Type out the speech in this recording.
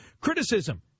criticism